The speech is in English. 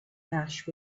ash